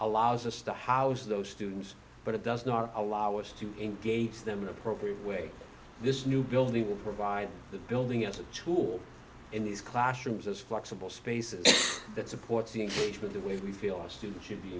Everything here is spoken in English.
allows us to house those students but it does not allow us to engage them in appropriate way this new building will provide the building as a tool in these classrooms as flexible spaces that supports the age where the way we feel our students should be